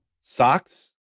Socks